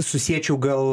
susiečiau gal